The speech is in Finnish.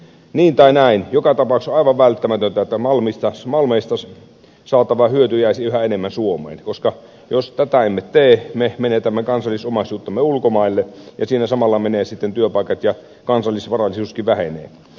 niin tai näin joka tapauksessa on aivan välttämätöntä että malmeista saatava hyöty jäisi yhä enemmän suomeen koska jos tätä emme tee me menetämme kansallisomaisuuttamme ulkomaille ja siinä samalla menevät sitten työpaikat ja kansallisvarallisuuskin vähenee